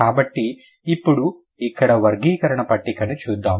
కాబట్టి ఇప్పుడు ఇక్కడ వర్గీకరణ పట్టికను చూద్దాం